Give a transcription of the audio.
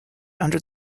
under